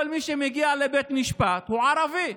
כל מי שמגיע לבית משפט, הוא ערבי,